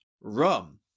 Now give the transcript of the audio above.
rum